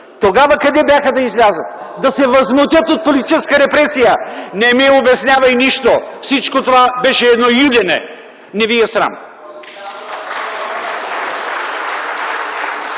Тогава къде бяха да излязат, да се възмутят от политическа репресия? (Реплики от КБ.) Не ми обяснявай нищо! Всичко това беше едно юдене. Не ви е срам!